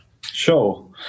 Sure